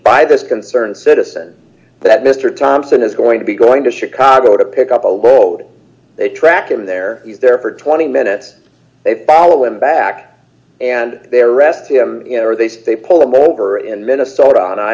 this concerned citizen that mr thompson is going to be going to chicago to pick up a load they track him there he's there for twenty minutes they bottle him back and they arrest him you know they say they pulled him over in minnesota on i